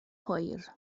hwyr